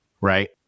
right